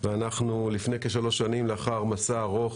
אנחנו מכניסים תחרות